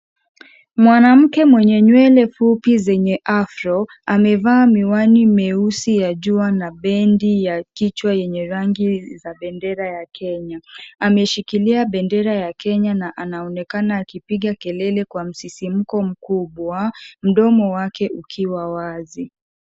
Mwanamke mwenye nywele fupi zenye afro amevaa miwani meusi ya jua na bendi ya kichwa yenye rangi za bendera ya Kenya. Ameshikilia bendera ya Kenya na anaonekana akipiga kelele kwa msisimko mkubwa mdomo wake ukiwa wazi.